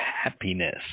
happiness